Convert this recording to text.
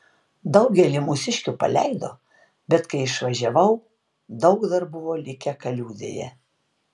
daugelį mūsiškių paleido bet kai išvažiavau daug dar buvo likę kaliūzėje